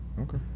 okay